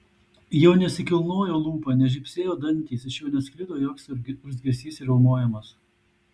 jau nesikilnojo lūpa nežybsėjo dantys iš jo nesklido joks urzgesys ar riaumojimas